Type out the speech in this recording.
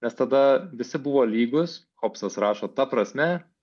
nes tada visi buvo lygūs hobsas rašo ta prasme